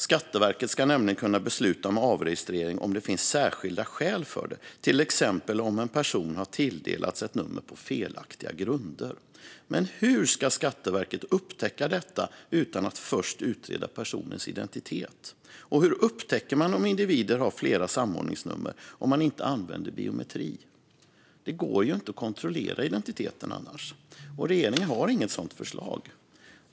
Skatteverket ska nämligen kunna besluta om avregistrering om det finns särskilda skäl för det, till exempel om en person har tilldelats ett nummer på felaktiga grunder. Men hur ska Skatteverket upptäcka detta utan att först utreda personens identitet? Och hur upptäcker man om individer har flera samordningsnummer om man inte använder biometri? Det går ju inte att kontrollera identiteten annars, och regeringen har inget sådant förslag.